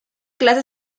clase